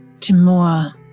Timur